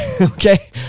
Okay